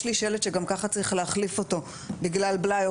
יש לי שלט שגם ככה צריך להחליף אותו בגלל בלאי או